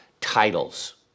titles